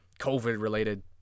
COVID-related